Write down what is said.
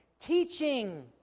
teaching